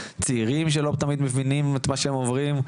צעירים שלא תמיד מבינים את מה שהם עוברים,